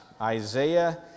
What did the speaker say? Isaiah